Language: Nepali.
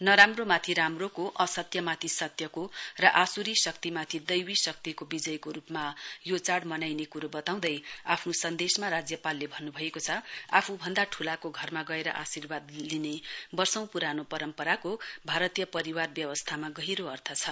नराम्रोमाथि राम्रोको असत्यमाथि सत्यको र असुरी शक्तिमाथ दैवी शक्तिको विजयको रूपमा यो चाड मनाइने कुरो बताउँदै आफ्नो सन्देसमा राज्यपालले भन्नु भएको छ आफूभन्दा ठूलाको घरमा गएर आशिर्वाद लिने वर्षौ पुरानो परम्पराको भारतीय परिवार व्यवस्थामा गहिरो अर्थ छ